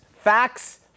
Facts